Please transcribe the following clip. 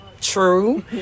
true